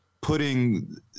putting